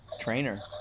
trainer